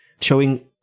showing